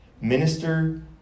minister